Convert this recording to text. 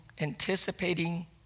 anticipating